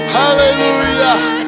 hallelujah